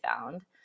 found